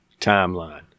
timeline